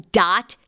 dot